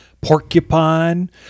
Porcupine